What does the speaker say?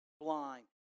blind